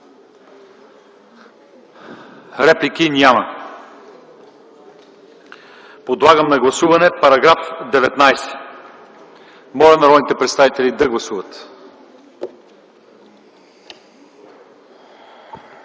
§ 24? Няма. Подлагам на гласуване § 24. Моля народните представители да гласуват.